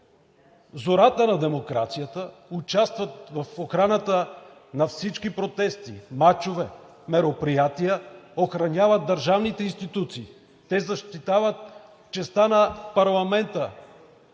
зората на демокрацията участват в охраната на всички протести, мачове, мероприятия, охраняват държавните институции, защитават честта на парламента.